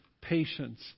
patience